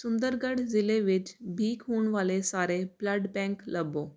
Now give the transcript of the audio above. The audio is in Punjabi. ਸੁੰਦਰਗੜ੍ਹ ਜ਼ਿਲ੍ਹੇ ਵਿੱਚ ਬੀ ਖੂਨ ਵਾਲੇ ਸਾਰੇ ਬਲੱਡ ਬੈਂਕ ਲੱਭੋ